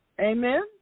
Amen